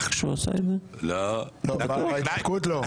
בהתנתקות לא.